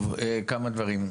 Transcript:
טוב, כמה דברים.